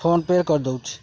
phone pay କରିଦେଉଛି